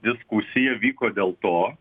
diskusija vyko dėl to